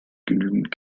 genügend